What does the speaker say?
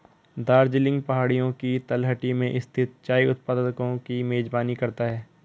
दार्जिलिंग पहाड़ियों की तलहटी में स्थित चाय उत्पादकों की मेजबानी करता है